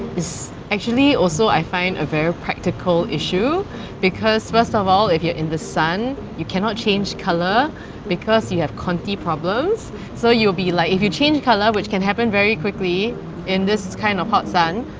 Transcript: actually also i find a very practical issue because first of all, if you're in the sun you cannot change colour because you have conti problems so you'll be like if you change colour which can happen very quickly in this kind of hot sun,